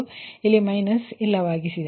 ಆದ್ದರಿಂದ ಇಲ್ಲಿ ಮೈನಸ್ ಇಲ್ಲವಾಗಿದೆ